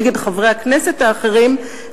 נגד חברי הכנסת האחרים,